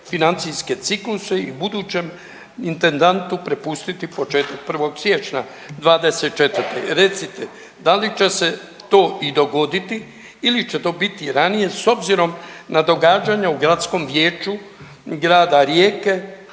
financijske cikluse i budućem intendantu prepustiti početak 1. siječnja '24. Recite, da li će se to i dogoditi ili će to biti ranije s obzirom na događanja u Gradskom vijeću grada Rijeke